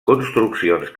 construccions